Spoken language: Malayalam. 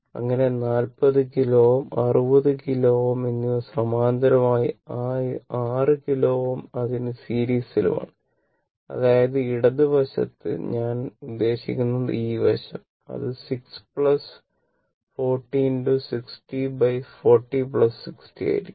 അങ്ങനെ 40 കിലോ Ω 60 കിലോ Ω എന്നിവ സമാന്തരമായും ആ 6 കിലോ Ω അതിനു സീരീസിലാണ് അതായത് ഇടത് വശത്ത് ഞാൻ ഉദ്ദേശിക്കുന്നത് ഈ വശം അത് 6 40 6040 60 ആയിരിക്കും